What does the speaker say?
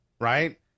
right